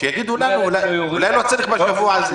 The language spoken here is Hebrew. שיגידו לנו, אולי לא צריך בשבוע.